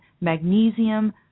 magnesium